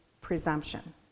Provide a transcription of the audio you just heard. presumption